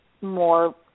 more